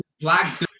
black